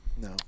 No